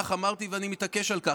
כך אמרתי, ואני מתעקש על כך.